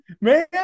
man